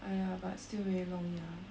!aiya! but still very long ya